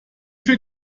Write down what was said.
viel